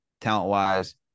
talent-wise